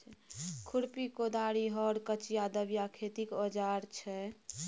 खुरपी, कोदारि, हर, कचिआ, दबिया खेतीक औजार छै